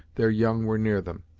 their young were near them.